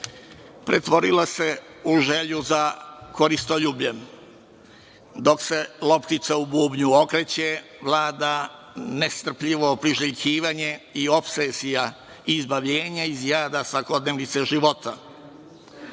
pretvorila se u želju za koristoljubljem dok se loptica u bubnju okreće, vlada nestrpljivo priželjkivanje i opsesija, i izbavljenja iz jada svakodnevnice života. Igre